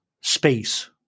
space